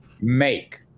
make